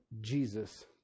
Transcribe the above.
Jesus